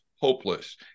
hopeless